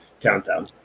countdown